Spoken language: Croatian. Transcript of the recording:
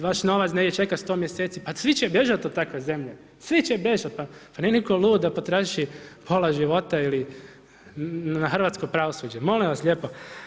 Vaš novac negdje čeka 100 mjeseci, pa svi će bježati od takve zemlje, svi će bježati, pa nije nitko lud da potroši pola života na hrvatsko pravosuđe, molim vas lijepo.